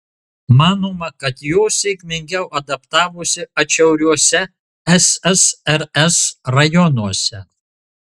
manoma kad jos sėkmingiau adaptavosi atšiauriuose ssrs rajonuose